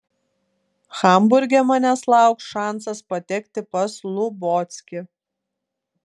hamburge manęs lauks šansas patekti pas lubockį